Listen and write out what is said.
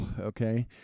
okay